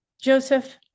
Joseph